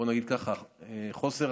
לפחות חוסר